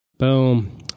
Boom